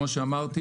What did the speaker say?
כמו שאמרתי,